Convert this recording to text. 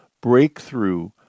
Breakthrough